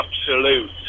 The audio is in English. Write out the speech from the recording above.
absolute